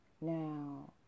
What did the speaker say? Now